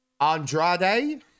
Andrade